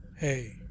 Hey